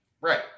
Right